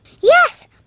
Yes